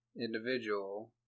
individual